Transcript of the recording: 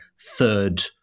third